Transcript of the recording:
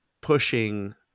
pushing